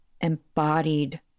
embodied